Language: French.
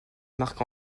marc